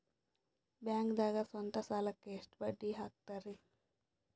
ಬ್ಯಾಂಕ್ದಾಗ ಸ್ವಂತ ಸಾಲಕ್ಕೆ ಬಡ್ಡಿ ಎಷ್ಟ್ ಹಕ್ತಾರಿ?